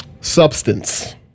Substance